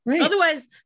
otherwise